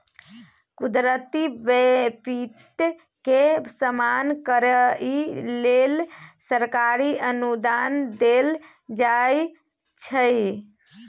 कुदरती बिपैत के सामना करइ लेल सरकारी अनुदान देल जाइ छइ